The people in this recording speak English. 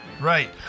right